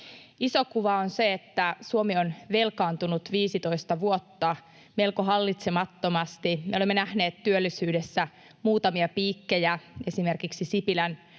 Iso kuva on se, että Suomi on velkaantunut 15 vuotta melko hallitsemattomasti. Me olemme nähneet työllisyydessä muutamia piikkejä, esimerkiksi Sipilän